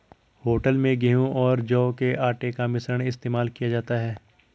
hotel में गेहूं और जौ के आटे का मिश्रण इस्तेमाल किया जाता है